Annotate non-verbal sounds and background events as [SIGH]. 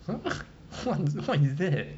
!huh! [LAUGHS] what what [LAUGHS] what what is that